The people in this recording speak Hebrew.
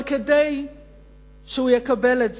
אבל כדי שהוא יקבל את זה,